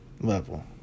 level